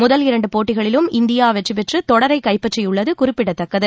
முதல் இரண்டு போட்டிகளிலும் இந்தியா வெற்றி பெற்று தொடரைக் கைபற்றியுள்ளது குறிப்பிடத்தக்கது